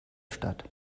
stadt